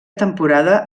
temporada